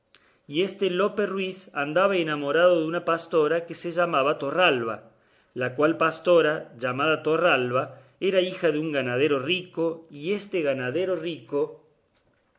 y este lope ruiz andaba enamorado de una pastora que se llamaba torralba la cual pastora llamada torralba era hija de un ganadero rico y este ganadero rico